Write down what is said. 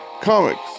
comics